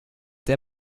der